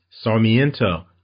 Sarmiento